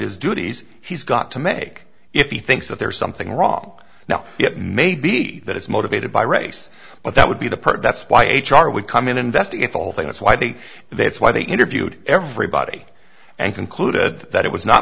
his duties he's got to make if he thinks that there's something wrong now it may be that it's motivated by race but that would be the person that's why h r would come in investigate the whole thing that's why they that's why they interviewed everybody and concluded that it was not